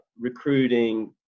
recruiting